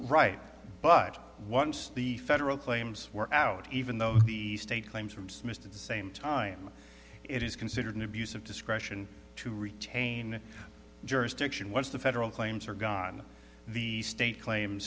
right but once the federal claims were out even though the state claims from smith to the same time it is considered an abuse of discretion to retain jurisdiction once the federal claims are gone the state claim